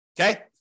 Okay